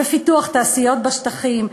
בפיתוח תעשיות בשטחים,